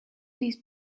these